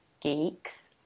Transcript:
geeks